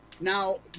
Now